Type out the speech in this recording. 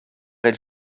elle